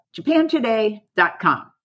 japantoday.com